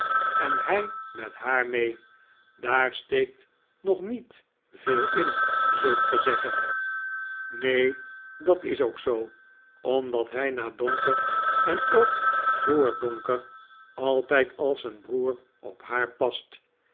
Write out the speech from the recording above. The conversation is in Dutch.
en hij met haar mee daar steekt nog niet veel in zult ge zeggen neen dat is ook zoo omdat hij na donker en ook voor donker altijd als een broer op haar past